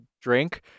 drink